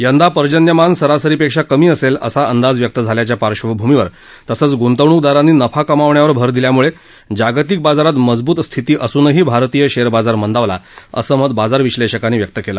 यंदा पर्जन्यमान सरासरीपेक्षा कमी असेल असा अंदाज व्यक्त झाल्याच्या पार्श्वभूमीवर तसंच गुंतवणूकदारांनी नफा कमावण्यावर भर दिल्यामुळे जागतिक बाजारात मजबूत स्थिती असूनही भारतीय शेअर बाजार मंदावला असं मत बाजार विश्नेषकांनी व्यक्त केला